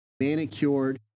manicured